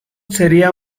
sería